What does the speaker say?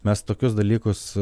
mes tokius dalykus